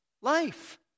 life